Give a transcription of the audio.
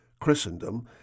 Christendom